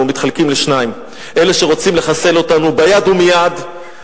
מתחלקים לשניים: אלה שרוצים לחסל אותנו ביד ומייד,